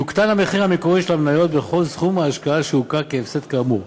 יוקטן המחיר המקורי של המניות בכל סכום ההשקעה שהוכר כהפסד כאמור.